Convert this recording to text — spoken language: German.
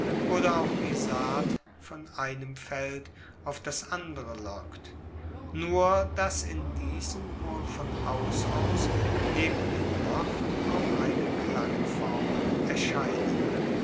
oder auch die saat von einem feld auf das andere lockt nur dass in diesen wohl von haus aus neben den wort auch reine klangformeln erscheinen